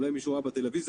אולי מישהו ראה בטלוויזיה,